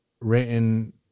written